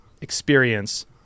experience